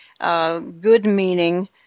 good-meaning